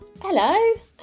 Hello